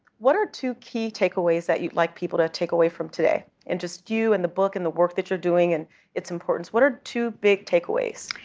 what are two key takeaways that you'd like people to take away from today and just you, and the book, and the work that you're doing, and its importance? what are two big takeaways?